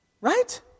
Right